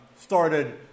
started